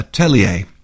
Atelier